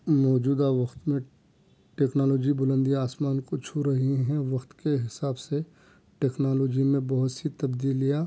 موجودہ وقت میں ٹییکنالوجی بُلندی آسمان کو چھو رہی ہیں وقت کے حساب سے ٹیکنالوجی میں بہت سی تبدیلیاں